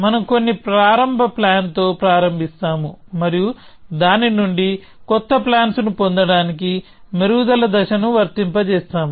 మనం కొన్ని ప్రారంభ ప్లాన్ తో ప్రారంభిస్తాము మరియు దాని నుండి కొత్త ప్లాన్స్ ను పొందడానికి మెరుగుదల దశను వర్తింపచేస్తాము